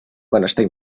benestar